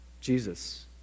Jesus